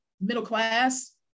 middle-class